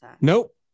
nope